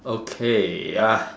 okay ah